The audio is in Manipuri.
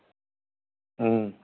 ꯎꯝ